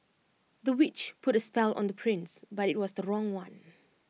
the witch put A spell on the prince but IT was the wrong one